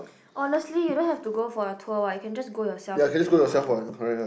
honestly you don't have to go for the tour what you can just go yourself if you know what